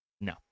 No